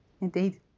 Indeed